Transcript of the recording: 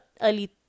early